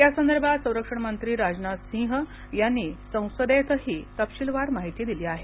या संदर्भात संरक्षण मंत्री राजनाथ सिंह यांनी संसदेतही तपशीलवार माहिती दिली आहे